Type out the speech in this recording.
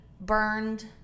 burned